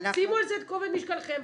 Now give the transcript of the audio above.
שימו על זה את כובד משקלכם.